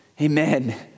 Amen